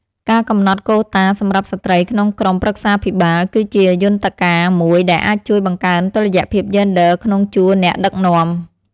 ការកំណត់កូតាសម្រាប់ស្ត្រីក្នុងក្រុមប្រឹក្សាភិបាល គឺជាយន្តការមួយដែលអាចជួយបង្កើនតុល្យភាពយេនឌ័រក្នុងជួរអ្នកដឹកនាំ។